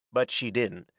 but she didn't.